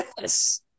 yes